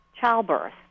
Childbirth